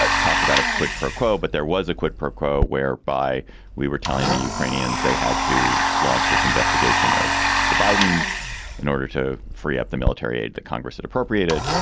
ah talk about a quid pro quo but there was a quid pro quo whereby we were telling the ukrainians they had to launch this investigation of the bidens in order to free up the military aid that congress had appropriated.